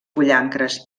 pollancres